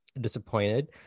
disappointed